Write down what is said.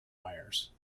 wires